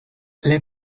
let